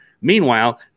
Meanwhile